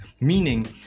meaning